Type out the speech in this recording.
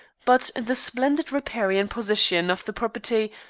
but the splendid riparian position of the property,